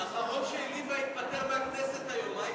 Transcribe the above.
האחרון שהיא העליבה התפטר מהכנסת היום.